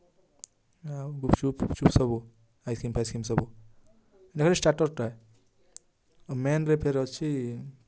ଆଉ ଗୁପଚୁପ୍ ଫୁପଚୁପ୍ ସବୁ ଆଇସକ୍ରିମ୍ ଫାଇସକ୍ରିମ୍ ସବୁ ଏଟା ଖାଲି ଷ୍ଟାଟର୍ଟା ମେନ୍ରେ ଫେର ଅଛି